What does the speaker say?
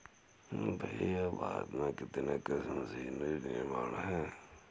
भैया भारत में कितने कृषि मशीनरी निर्माता है?